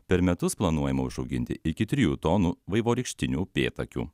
per metus planuojama užauginti iki trijų tonų vaivorykštinių upėtakių